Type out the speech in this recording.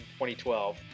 2012